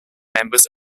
members